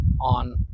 on